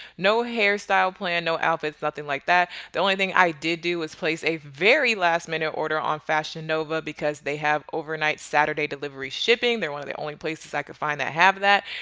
no hairstyle plan, no outfits, nothing like that. the only thing i did do is place a very last-minute order on fashion nova. because they have overnight saturday delivery shipping. they're one of the only places i could find that have that.